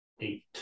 Eight